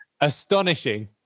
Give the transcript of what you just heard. Astonishing